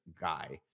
guy